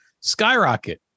skyrocket